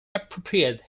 appropriate